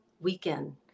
weekend